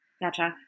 Gotcha